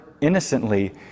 innocently